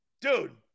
Dude